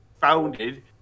founded